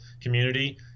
community